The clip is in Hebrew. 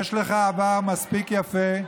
יש לך עבר מספיק יפה.